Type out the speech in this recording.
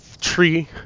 tree